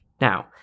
Now